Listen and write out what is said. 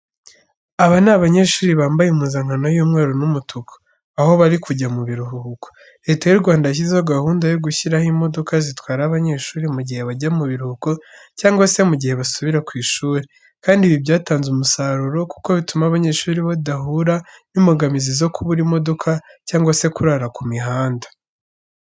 Aba ni abanyeshuri bambaye impuzankano y'umweru n'umutuku, aho bari kujya mu biruhuko. Leta y'u Rwanda yashyizeho gahunda yo gushyiraho imodoka zitwara abanyeshuri mu gihe bajya mu biruhuko cyangwa se mu gihe basubira ku ishuri, kandi ibi byatanze umusaruro kuko bituma abanyeshuri badahura n'imbogamizi zo kubura imodoka cyangwa se kurara ku mihanda.